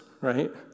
right